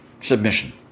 submission